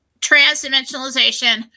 transdimensionalization